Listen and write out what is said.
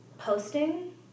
Posting